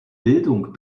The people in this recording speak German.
bildung